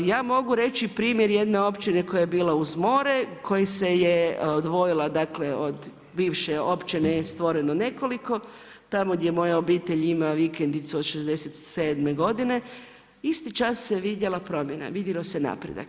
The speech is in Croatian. Ja mogu reći primjer jedne općine koja je bila uz more, koja se je odvojila od bivše općine je stvoreno nekoliko, tamo gdje moja obitelj ima vikendicu od '67. godine, isti čas se vidjela promjena, vidjelo se napredak.